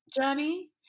journey